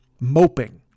moping